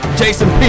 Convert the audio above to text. jason